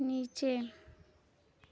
नीचे